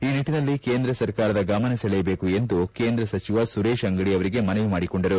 ಈ ನಿಟ್ಟನಲ್ಲಿ ಕೇಂದ್ರ ಸರ್ಕಾರದ ಗಮನ ಸೆಳೆಯಬೇಕು ಎಂದು ಕೇಂದ್ರ ಸಚಿವ ಸುರೇಶ್ ಅಂಗಡಿ ಮನವಿ ಮಾಡಿಕೊಂಡರು